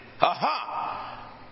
Aha